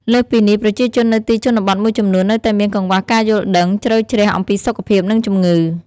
លើសពីនេះ ប្រជាជននៅទីជនបទមួយចំនួននៅតែមាន កង្វះការយល់ដឹង ជ្រៅជ្រះអំពីសុខភាព និងជំងឺ។